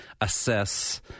assess